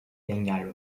engel